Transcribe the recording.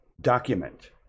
document